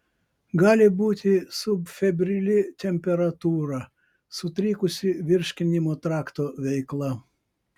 gali būti subfebrili temperatūra sutrikusi virškinimo trakto veikla